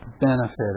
benefited